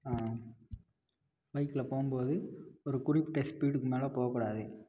பைக்கில் போகும்போது ஒரு குறிப்பிட்ட ஸ்பீடுக்கு மேலே போக கூடாது